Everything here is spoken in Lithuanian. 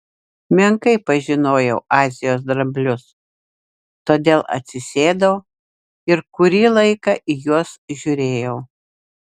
menkai pažinojau azijos dramblius todėl atsisėdau ir kurį laiką į juos žiūrėjau